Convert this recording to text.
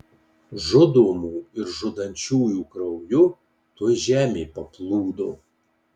žudomų ir žudančiųjų krauju tuoj žemė paplūdo